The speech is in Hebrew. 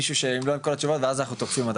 מישהי שלא עם כל התשובות ואז אנחנו תוקפים אותה,